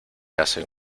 hacen